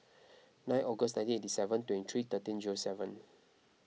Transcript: nine August nineteen eighty seven twenty three thirteen seven